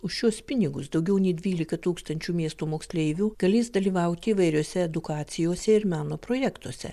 už šiuos pinigus daugiau nei dvylika tūkstančių miesto moksleivių galės dalyvauti įvairiose edukacijose ir meno projektuose